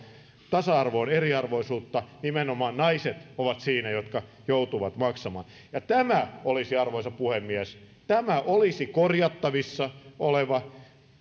tasa arvoon eriarvoisuutta nimenomaan naiset ovat siinä niitä jotka joutuvat maksamaan tämä olisi arvoisa puhemies korjattavissa oleva